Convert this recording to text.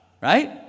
Right